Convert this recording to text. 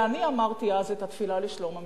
ואני אמרתי אז את התפילה לשלום המדינה.